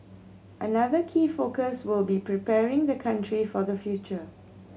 another key focus will be preparing the country for the future